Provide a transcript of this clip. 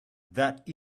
that